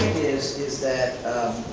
is is that